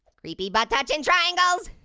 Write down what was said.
creepy butt touchin' triangles.